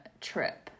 trip